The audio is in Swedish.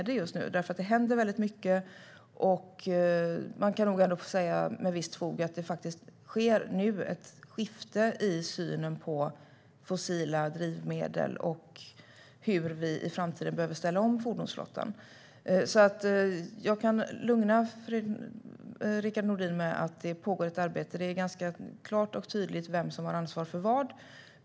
Det händer väldigt mycket, och man kan med visst fog säga att det nu sker ett skifte i synen på fossila drivmedel och hur fordonsflottan behöver ställas om i framtiden. Jag kan lugna Rickard Nordin med att det pågår ett arbete där det klart och tydligt framgår vem som har ansvar för vad.